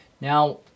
Now